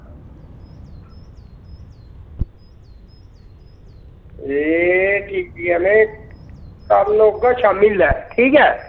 एह् ठीक ऐ में कल औगा शामीं लै ठीक ऐ